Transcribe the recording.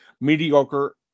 mediocre